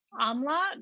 amla